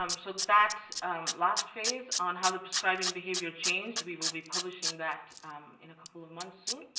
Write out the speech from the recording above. um so that last phase on how the prescribing behavior changed, we will be publishing that in a couple of months soon.